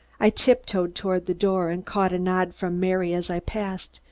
i tiptoed toward the door and caught a nod from mary as i passed,